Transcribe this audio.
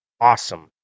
awesome